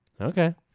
Okay